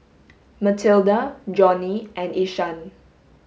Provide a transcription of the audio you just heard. Matilda Johnny and Ishaan